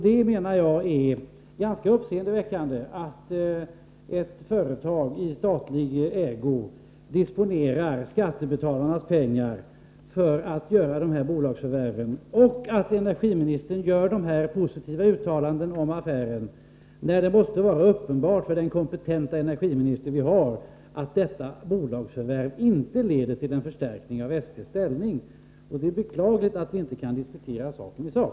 Jag menar att det är ganska uppseendeväckande att ett företag i statlig ägo disponerar skattebetalarnas pengar för att göra dessa bolagsförvärv och att energiministern gör positiva uttalanden om affären, när det måste vara uppenbart för den kompetenta energiminister vi har att detta bolagsförvärv inte leder till en förstärkning av SP:s ställning. Det är beklagligt att vi inte kan diskutera frågan i sak.